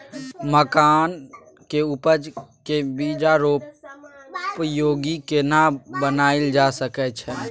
मखान के उपज के बाजारोपयोगी केना बनायल जा सकै छै?